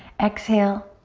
exhale,